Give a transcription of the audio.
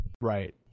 Right